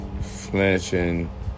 flinching